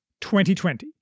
2020